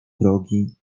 drogi